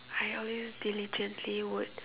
I always diligently would